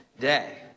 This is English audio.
Day